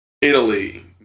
Italy